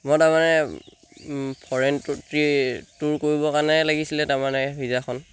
মই তাৰমানে foreign tour কৰিবৰ কাৰণে লাগিছিলে তাৰমানে ভিছাখন